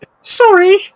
Sorry